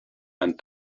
and